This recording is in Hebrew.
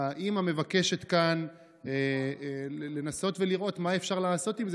האימא מבקשת כאן לנסות ולראות מה אפשר לעשות עם זה